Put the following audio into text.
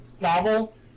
novel